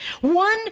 one